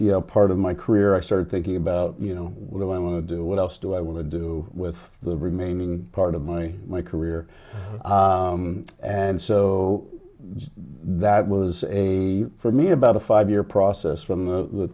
later part of my career i started thinking about you know what do i want to do what else do i want to do with the remaining part of my career and so that was a for me about a five year process from the